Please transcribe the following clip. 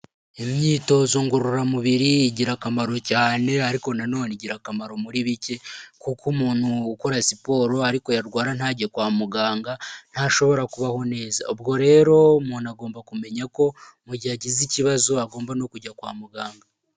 Imyitozo ngororamubiri igira akamaro cyane ariko nanone igira akamaro muri bike kuko umuntu ukora siporo ariko yarwara ntajye kwa muganga ntashobora kubaho neza. Ubwo rero umuntu agomba kumenya ko mu gihe agize ikibazo agomba no kujya kwa muganga.